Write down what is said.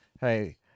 hey